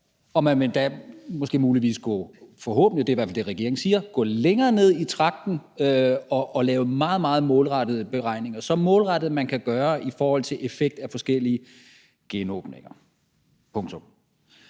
og man vil endda muligvis – forhåbentlig, det er i hvert fald det, regeringen siger – gå længere ned i tragten og lave meget, meget målrettede beregninger. Så målrettede, man kan gøre, i forhold til effekt af forskellige genåbninger. Punktum.